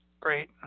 Great